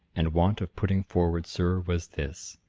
and want of putting forward, sir, was this!